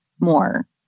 more